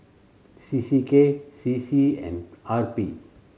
C C K C C and R P